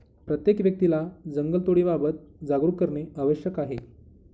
प्रत्येक व्यक्तीला जंगलतोडीबाबत जागरूक करणे आवश्यक आहे